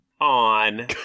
on